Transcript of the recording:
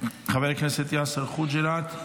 חבר הכנסת יאסר חוג'יראת,